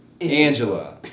Angela